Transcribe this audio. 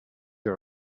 you